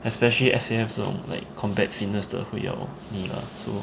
especially S_A_F 这种 like combat fitness 的会要你 lah so